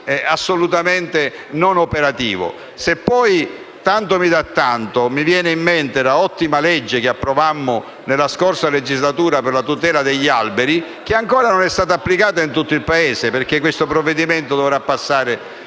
assolutamente non operativo. Se poi tanto mi dà tanto, mi viene in mente l'ottima legge che approvammo la scorsa legislatura per la tutela degli alberi, che ancora non è stata applicata in tutto il Paese: questo provvedimento dovrà passare